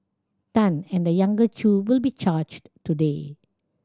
Tan and the younger Chew will be charged today